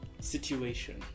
situation